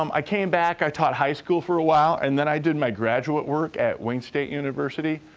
um i came back, i taught high school for a while, and then, i did my graduate work at wayne state university.